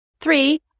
Three